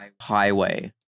highway